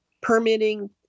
permitting